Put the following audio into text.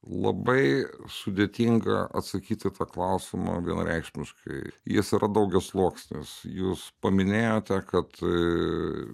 labai sudėtinga atsakyt į tą klausimą vienareikšmiškai jis yra daugiasluoksnis jūs paminėjote kad